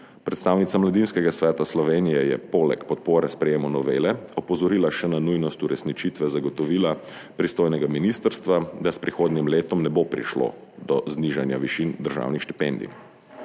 Predstavnica Mladinskega sveta Slovenije je poleg podpore sprejetju novele opozorila še na nujnost uresničitve zagotovila pristojnega ministrstva, da s prihodnjim letom ne bo prišlo do znižanja višin državnih štipendij.